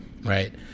right